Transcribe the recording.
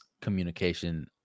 communication